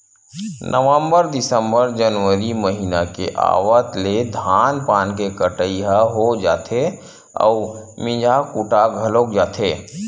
नवंबर, दिंसबर, जनवरी महिना के आवत ले धान पान के कटई ह हो जाथे अउ मिंजा कुटा घलोक जाथे